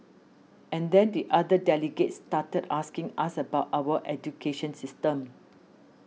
and then the other delegates started asking us about our education system